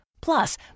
Plus